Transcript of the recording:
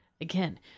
again